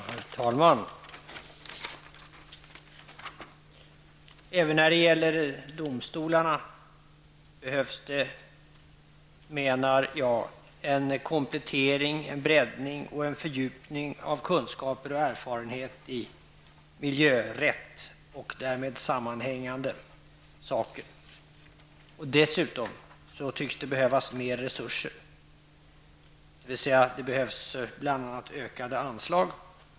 Herr talman! Även när det gäller domstolarna behövs det, menar jag, en komplettering, en breddning och en fördjupning beträffande kunskaper i och erfarenheter av miljörätt och därmed sammanhängande frågor. Dessutom tycks det behövas större resurser. Det behövs alltså bl.a. ökade anslag.